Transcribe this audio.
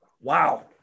wow